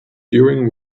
during